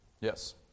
Yes